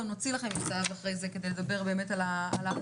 גם נוציא לכם מכתב אחרי זה כדי לדבר באמת על הפירוט